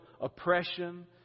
oppression